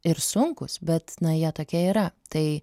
ir sunkūs bet na jie tokie yra tai